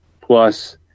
Plus